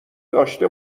داشته